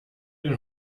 den